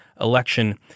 election